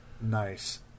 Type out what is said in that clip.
Nice